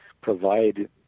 provide